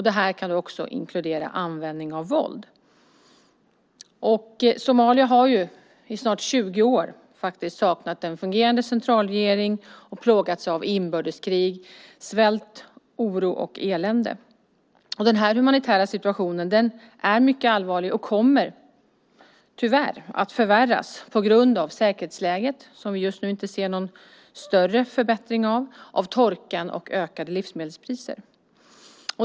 Det kan också inkludera användning av våld. Somalia har i snart 20 år saknat en fungerande centralregering och plågats av inbördeskrig, svält, oro och elände. Den humanitära situationen är mycket allvarlig och kommer tyvärr att förvärras på grund av säkerhetsläget, som vi just nu inte ser någon större förbättring av, torkan och ökade livsmedelspriser.